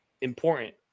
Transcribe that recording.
important